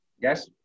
Yes